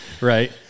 Right